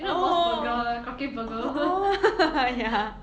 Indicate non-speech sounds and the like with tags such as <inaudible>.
you know the mos burger croquette burger <noise>